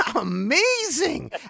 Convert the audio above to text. Amazing